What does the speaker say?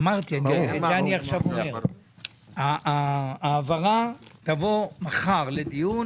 אמרתי, ואני אומר עכשיו שההעברה תבוא מחר לדיון.